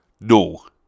No